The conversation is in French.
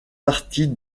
partie